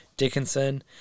Dickinson